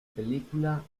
película